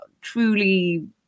truly